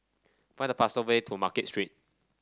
find the fastest way to Market Street